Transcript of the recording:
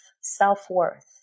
self-worth